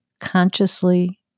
consciously